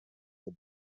the